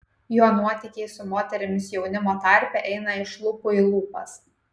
jo nuotykiai su moterimis jaunimo tarpe eina iš lūpų į lūpas